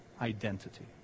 identity